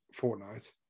Fortnite